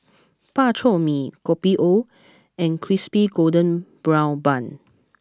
Bak Chor Mee Kopi O and Crispy Golden Brown Bun